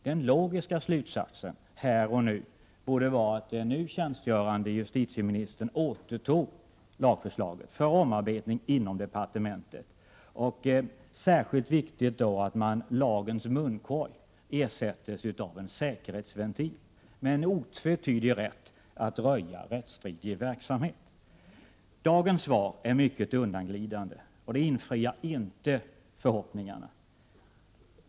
Den logiska slutsatsen här och nu borde vara att den tjänstgörande justitieministern återtog lagförslaget för omarbetning inom departementet. Särskilt viktigt är då att lagens munkorg ersätts av en säkerhetsventil, med en otvetydig rätt att röja rättsstridig verksamhet. Dagens svar är mycket undanglidande, och det infriar inte förhoppningarna.